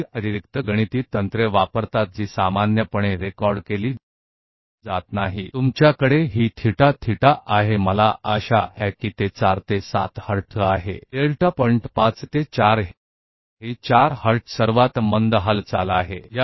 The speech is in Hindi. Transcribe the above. कुछ अतिरिक्त गणितीय तकनीक यह दिखाएं कि आपके पास यह है आपके पास यह है थीटा यह थीटा है मुझे आशा है कि 4 से 7 हर्ट्ज यह डेल्टा बिंदु 5 2 4 यह 4 हर्ट्ज सबसे धीमी गतिविधि है और है